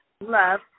Love